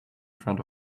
front